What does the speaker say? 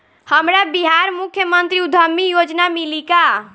हमरा बिहार मुख्यमंत्री उद्यमी योजना मिली का?